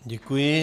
Děkuji.